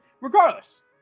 Regardless